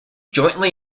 jointly